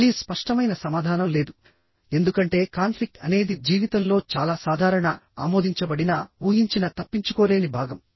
మళ్ళీ స్పష్టమైన సమాధానం లేదు ఎందుకంటే కాన్ఫ్లిక్ట్ అనేది జీవితంలో చాలా సాధారణ ఆమోదించబడిన ఊహించిన తప్పించుకోలేని భాగం